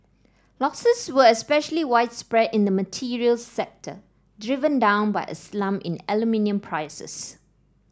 losses were especially widespread in the materials sector driven down by a slump in aluminium prices